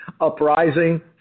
Uprising